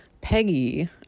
Peggy